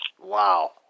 Wow